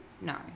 no